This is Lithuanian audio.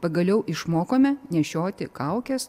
pagaliau išmokome nešioti kaukes